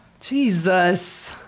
Jesus